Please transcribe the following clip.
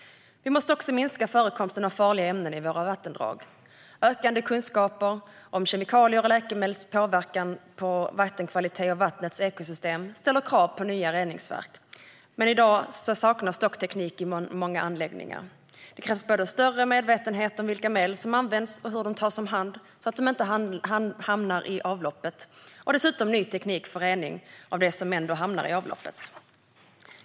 Vi måste också minska förekomsten av farliga ämnen i våra vattendrag. Ökande kunskaper om kemikaliers och läkemedels påverkan på vattenkvalitet och på vattnets ekosystem ställer nya krav på reningsverk. I dag saknas dock teknik i många anläggningar. Det krävs både större medvetenhet om vilka medel som används och hur de tas om hand, så att de inte hamnar i avloppet, och ny teknik för rening av det som ändå hamnar i avloppet.